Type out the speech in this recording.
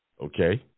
Okay